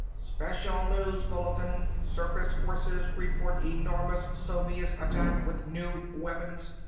special news bulletin! surface forces report enormous soviet attack with new weapons!